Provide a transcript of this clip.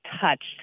touched